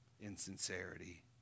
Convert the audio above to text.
insincerity